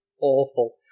Awful